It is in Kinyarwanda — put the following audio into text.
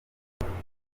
igitutu